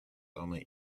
only